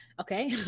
okay